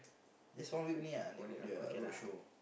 just one week only ah the roadshow